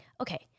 okay